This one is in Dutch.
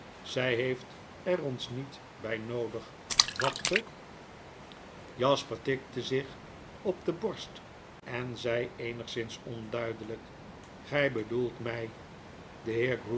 zy heeft er ons niet by noodig vat ge jasper tikte zich op de borst en zei eenigszins onduidelijk gy bedoelt my